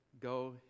go